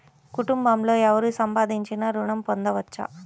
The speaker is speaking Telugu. కుటుంబంలో ఎవరు సంపాదించినా ఋణం పొందవచ్చా?